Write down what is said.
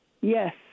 Yes